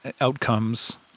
outcomes